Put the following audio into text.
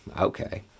Okay